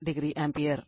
8o ampere